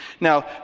Now